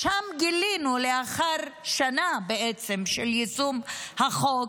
שם גילינו, בעצם, לאחר שנה של יישום החוק,